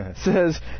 says